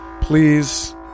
Please